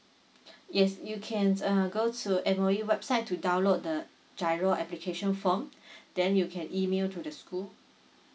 yes you can uh go to M_O_E website to download the GIRO application form then you can email to the school